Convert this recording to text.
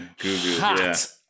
hot